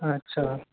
अच्छा